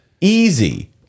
Easy